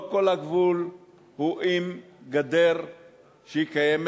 לא כל הגבול הוא עם גדר קיימת.